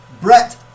Brett